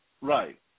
Right